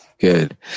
Good